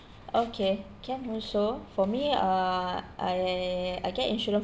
okay can also for me ah I I get insurance